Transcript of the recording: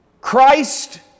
Christ